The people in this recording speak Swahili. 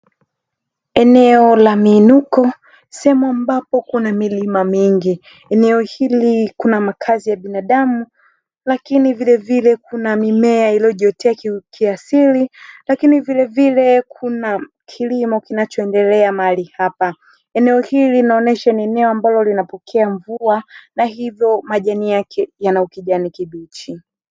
Eneo la miinuko sehemu ambapo kuna milima mingi. Eneo hili kuna makazi ya binadamu lakini vilevile kuna mimea iliyojiotea kiasili, lakini vilevile kuna kilimo kinachoendelea mahali hapa. Eneo hili linaonyesha ni eneo ambalo linapokea mvua na hivyo majani yake yana ukijani kibichi.